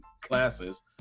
classes